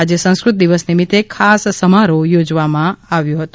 આજે સંસ્કૃત દિવસ નિમિત્તે ખાસ સમારોહ યોજવામાં આવ્યો હતો